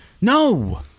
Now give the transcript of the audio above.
No